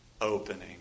opening